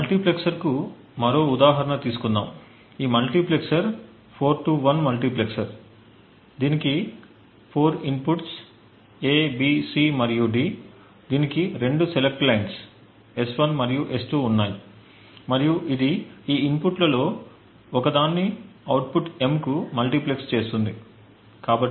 మల్టీప్లెక్సర్కు మరో ఉదాహరణ తీసుకుందాం ఈ మల్టీప్లెక్సర్ 4 to 1 మల్టీప్లెక్సర్ దీనికి 4 ఇన్పుట్లు A B C మరియు D దీనికి రెండు సెలెక్ట్ లైన్స్ S1 మరియు S2 ఉన్నాయి మరియు ఇది ఈ ఇన్పుట్లలో ఒకదాన్ని అవుట్పుట్ M కు మల్టీప్లెక్స్ చేస్తుంది